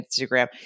Instagram